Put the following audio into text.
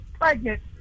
pregnant